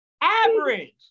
average